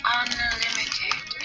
unlimited